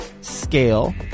scale